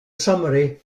summary